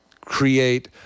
create